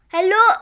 Hello